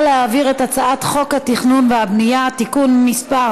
להעביר את הצעת חוק התכנון והבנייה (תיקון מס'